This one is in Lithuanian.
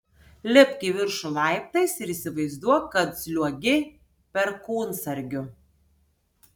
lipk į viršų laiptais ir įsivaizduok kad sliuogi perkūnsargiu